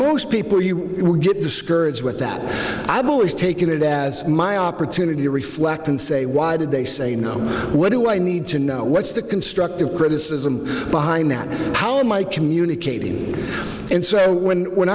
most people you get discouraged with that i've always taken it as my opportunity to reflect and say why did they say no what do i need to know what's the constructive criticism behind that how am i communicating and so when when